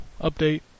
update